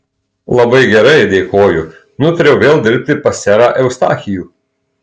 labai gerai dėkoju nutariau vėl dirbti pas serą eustachijų